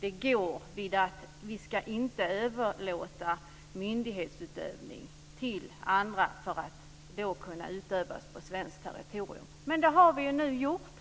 går vid att vi inte ska överlåta myndighetsutövning till andra för att utövas på svenskt territorium. Men det har vi nu gjort!